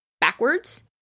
backwards